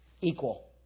equal